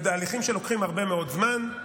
אלה תהליכים שלוקחים הרבה מאוד זמן,